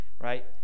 right